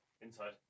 inside